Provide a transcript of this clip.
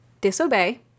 disobey